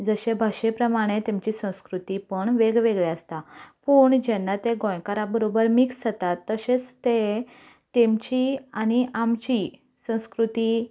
जशें भाशे प्रमाणें तांचें संस्कृतीपण वेगवेगळें आसता पूण जेन्ना ते गोंयकारा बरोबर मिक्स जातात तशेच ते तांची आनी आमची संस्कृती